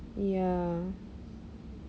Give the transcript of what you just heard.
ya